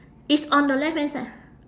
it's on the left hand side